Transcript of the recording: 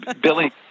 Billy